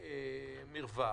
איזה מרווח,